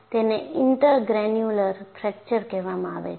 તેને intergranular fracture કહેવામાં આવે છે